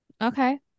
okay